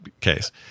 case